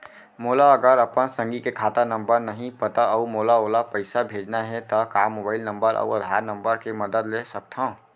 मोला अगर अपन संगी के खाता नंबर नहीं पता अऊ मोला ओला पइसा भेजना हे ता का मोबाईल नंबर अऊ आधार नंबर के मदद ले सकथव?